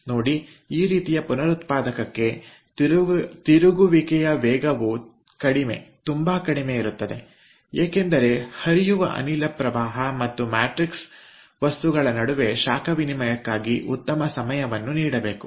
ನೋಡಿ ಈ ರೀತಿಯ ಪುನರುತ್ಪಾದಕಕ್ಕೆ ತಿರುಗುವಿಕೆಯ ವೇಗವು ಕಡಿಮೆ ತುಂಬಾ ಕಡಿಮೆ ಇರುತ್ತದೆ ಏಕೆಂದರೆ ಹರಿಯುವ ಅನಿಲ ಪ್ರವಾಹ ಮತ್ತು ಮ್ಯಾಟ್ರಿಕ್ಸ್ ವಸ್ತುಗಳ ನಡುವೆ ಶಾಖ ವಿನಿಮಯಕ್ಕಾಗಿ ಉತ್ತಮ ಸಮಯವನ್ನು ನೀಡಬೇಕು